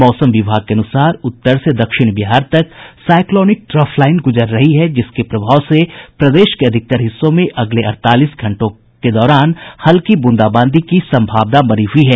मौसम विभाग के अनुसार उत्तर से दक्षिण बिहार तक साइक्लॉनिक ट्रफ लाईन गुजर रही है जिसके प्रभाव से प्रदेश के अधिकतर हिस्सों में अगले अड़तालीस घंटों के दौरान हल्की बूंदाबांदी की संभावना बनी हुई है